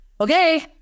okay